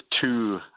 two